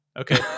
Okay